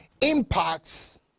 impacts